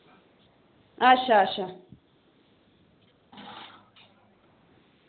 अच्छा अच्छा